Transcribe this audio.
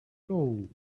gold